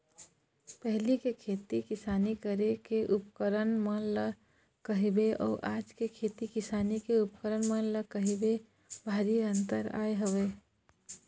पहिली के खेती किसानी करे के उपकरन मन ल कहिबे अउ आज के खेती किसानी के उपकरन मन ल कहिबे भारी अंतर आय हवय